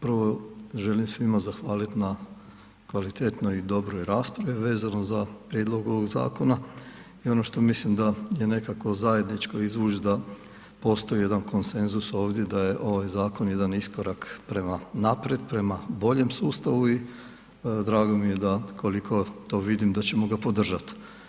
Prvo, želim svima zahvaliti na kvalitetnoj i dobroj raspravi vezano za prijedlog ovog zakona i ono što mislim da je nekako zajedničko izvući da postoji jedan konsenzus ovdje da je ovaj zakon jedan iskorak prema naprijed, prema boljem sustavu i drago mi je da koliko to vidim, da ćemo ga podržat.